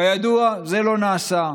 כידוע, זה לא נעשה.